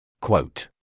Quote